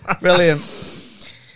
Brilliant